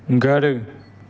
घरु